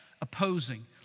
opposing